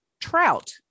Trout